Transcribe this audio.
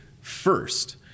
first